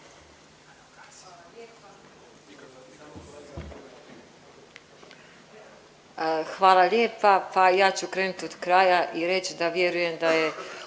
Hvala lijepa. Pa ja ću krenut od kraja i reći da vjerujem da je